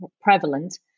prevalent